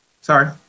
sorry